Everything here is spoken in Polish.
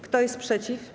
Kto jest przeciw?